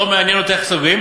לא מעניין אותו איך סוגרים,